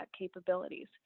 capabilities